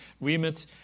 remit